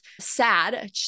sad